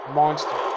monster